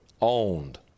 owned